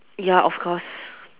ya of course